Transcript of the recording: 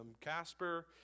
Casper